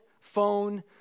phone